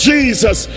Jesus